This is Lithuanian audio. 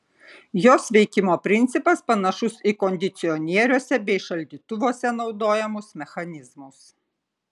jos veikimo principas panašus į kondicionieriuose bei šaldytuvuose naudojamus mechanizmus